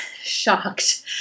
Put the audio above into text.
shocked